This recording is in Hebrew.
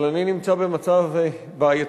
אבל אני נמצא במצב בעייתי,